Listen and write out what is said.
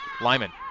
Lyman